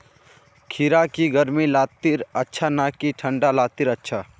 खीरा की गर्मी लात्तिर अच्छा ना की ठंडा लात्तिर अच्छा?